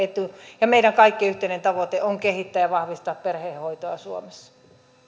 etu ja meidän kaikkien yhteinen tavoite on kehittää ja vahvistaa perhehoitoa suomessa